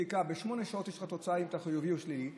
תוצאה בשמונה שעות אם אתה חיובי או שלילי,